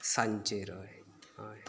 सांजेर हय हय